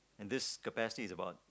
and this capacity is about